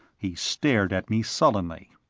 he stared at me sullenly.